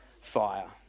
fire